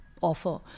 offer